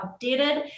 updated